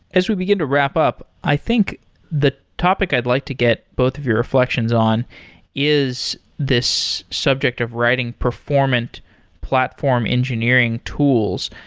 as we begin to wrap up, i think the topic i'd like to get both of your reflections on is this subject of writing performant platform engineering tools.